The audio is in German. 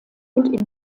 und